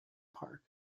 park